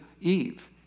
Eve